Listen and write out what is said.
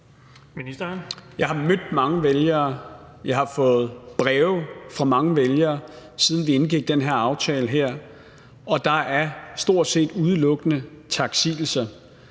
Jeg har mødt mange vælgere. Jeg har fået breve fra mange vælgere, siden vi indgik den her aftale. Og der er stort set udelukkende taksigelser.